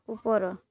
ଉପର